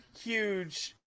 huge